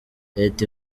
leta